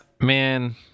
man